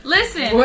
Listen